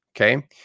Okay